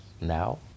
now